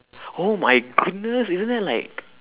oh my goodness isn't that like